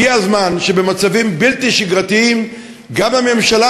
הגיע הזמן שבמצבים בלתי שגרתיים גם הממשלה